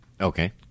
Okay